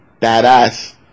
badass